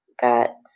got